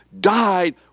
died